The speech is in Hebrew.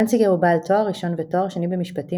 דנציגר הוא בעל תואר ראשון ותואר שני במשפטים